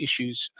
issues